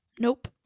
Nope